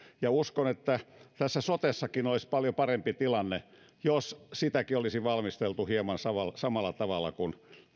ja uskon että sotessakin olisi paljon parempi tilanne jos sitäkin olisi valmisteltu hieman samalla samalla tavalla kuin